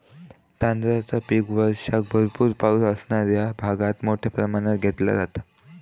तांदळाचा पीक वर्षाक भरपूर पावस असणाऱ्या भागात मोठ्या प्रमाणात घेतला जाता